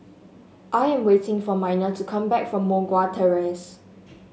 I am waiting for Miner to come back from Moh Guan Terrace